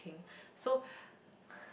so